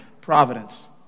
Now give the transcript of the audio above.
Providence